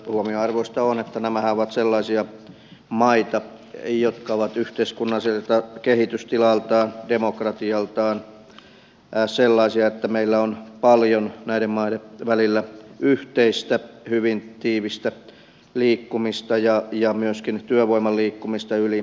huomionarvoista on että nämähän ovat sellaisia maita jotka ovat yhteiskunnalliselta kehitystilaltaan demokratialtaan sellaisia että meillä on paljon näiden maiden välillä yhteistä hyvin tiivistä liikkumista ja myöskin työvoiman liikkumista yli rajojen